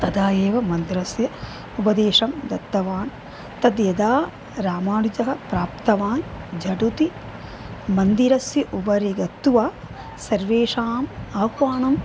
तदा एव मन्दिरस्य उपदेशं दत्तवान् तद् यदा रामानुजः प्राप्तवान् झटिति मन्दिरस्य उपरि गत्वा सर्वेषाम् आह्वानम्